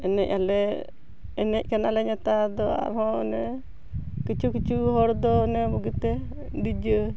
ᱮᱱᱮᱡ ᱟᱞᱮ ᱮᱱᱮᱡ ᱠᱟᱱᱟ ᱞᱮ ᱱᱮᱛᱟᱨ ᱫᱚ ᱟᱨᱦᱚᱸ ᱚᱱᱮ ᱠᱤᱪᱷᱩ ᱠᱤᱪᱷᱩ ᱦᱚᱲ ᱫᱚ ᱚᱱᱮ ᱵᱩᱜᱤᱛᱮ ᱰᱤᱡᱮ